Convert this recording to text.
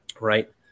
right